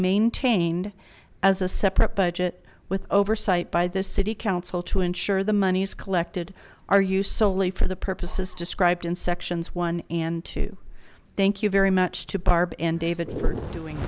maintained as a separate budget with oversight by the city council to ensure the monies collected are use solely for the purposes described in sections one and two thank you very much to barb and david for doing